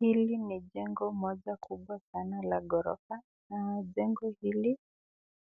Hili ni jengo moja kubwa sana la ghorofa na jengo hili